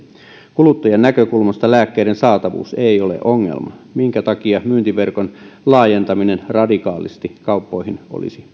kuluttajan näkökulmasta lääkkeiden saatavuus ei ole ongelma minkä takia myyntiverkon laajentaminen radikaalisti kauppoihin olisi